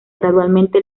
gradualmente